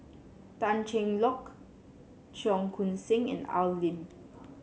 Tan Cheng Lock Cheong Koon Seng and Al Lim